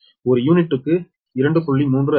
ஒரு யூனிட்டுக்கு 2